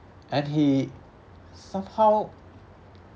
and he somehow